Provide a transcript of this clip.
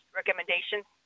recommendations